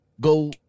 go